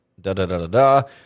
da-da-da-da-da